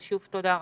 שוב תודה רבה.